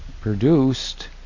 produced